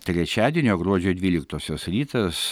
trečiadienio gruodžio dvyliktosios rytas